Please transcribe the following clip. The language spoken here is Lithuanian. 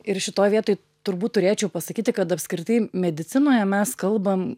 ir šitoj vietoj turbūt turėčiau pasakyti kad apskritai medicinoje mes kalbam